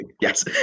Yes